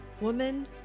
woman